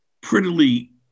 prettily